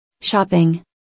Shopping